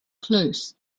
close